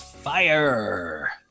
fire